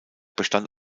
bestand